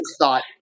thought